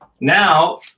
Now